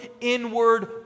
inward